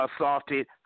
assaulted